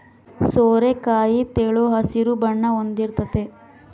ಸೋರೆಕಾಯಿ ತೆಳು ಹಸಿರು ಬಣ್ಣ ಹೊಂದಿರ್ತತೆ